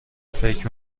فکر